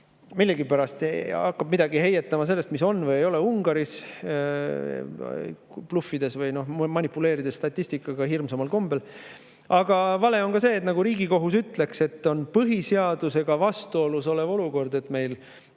Millegipärast hakkab midagi heietama sellest, mis on või mida ei ole Ungaris, bluffides või manipuleerides statistikaga hirmsamal kombel. Aga vale on ka see, nagu Riigikohus ütleks, et see on põhiseadusega vastuolus olev olukord, kui meil